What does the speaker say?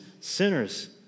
sinners